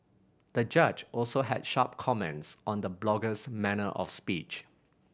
the judge also had sharp comments on the blogger's manner of speech